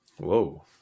Whoa